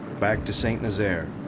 back to st. nazaire.